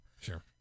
sure